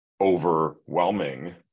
overwhelming